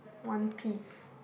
one piece